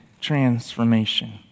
transformation